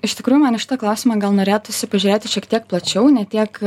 iš tikrųjų man į šitą klausimą gal norėtųsi pažiūrėti šiek tiek plačiau ne tiek